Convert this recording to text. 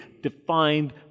defined